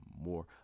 more